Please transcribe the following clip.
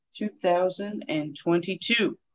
2022